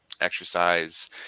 exercise